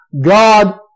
God